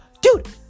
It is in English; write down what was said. Dude